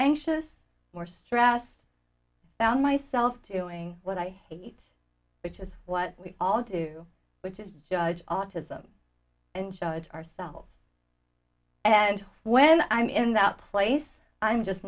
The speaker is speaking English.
anxious more straus found myself doing what i hate which is what we all do which is judge autism and show it ourselves and when i'm in that place i'm just